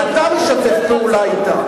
ואתה משתף פעולה אתה.